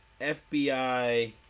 FBI